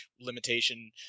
limitation